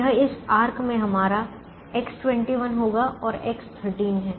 यह इस आर्क में हमारा X21 होगा और X13 है